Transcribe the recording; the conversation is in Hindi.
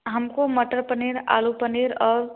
हमको मटर पनीर आलू पनीर और